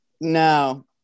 no